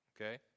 Okay